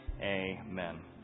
Amen